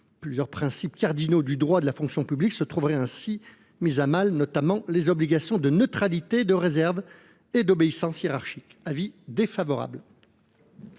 Plusieurs principes cardinaux du droit de la fonction publique se trouveraient ainsi mis à mal, notamment les obligations de neutralité, de réserve et d’obéissance hiérarchique. Quel est l’avis